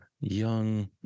young